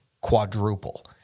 quadruple